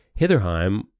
hitherheim